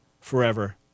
forever